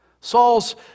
Saul's